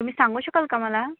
तुम्ही सांगू शकाल का मला